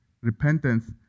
repentance